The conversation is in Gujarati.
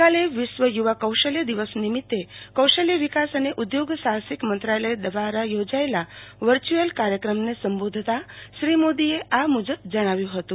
ગઈકાલે વિશ્વ યુવા કોશલ્ય દિવસ નિમિત્તે કૌશલ્ય વિકાસ અને ઉદ્યોગ સાહસિક મંત્રાલય દ્વારા યોજાયેલા વર્ચ્યુઅલ કાર્યક્રમને સંબોધતા શ્રી મોદીએ આ મુજબ જણાવ્યું હતું